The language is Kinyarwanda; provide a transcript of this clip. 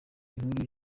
inkuru